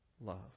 love